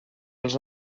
als